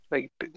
Right